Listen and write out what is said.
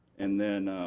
and then